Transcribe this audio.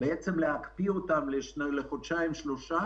להקפיא אותם לחודשיים שלושה,